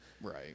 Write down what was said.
Right